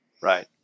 right